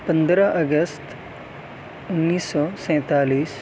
پندرہ اگست انیس سو سینتالیس